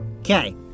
Okay